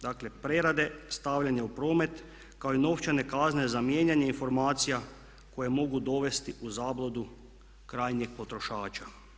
Dakle, prerade, stavljanje u promet kao i novčane kazne za mijenjanje informacija koje mogu dovesti u zabludu krajnjeg potrošača.